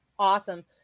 awesome